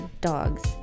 dogs